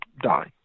die